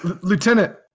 Lieutenant